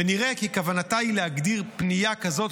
ונראה כי כוונתה היא להגדיר פנייה כזאת